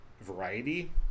variety